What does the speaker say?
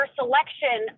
selection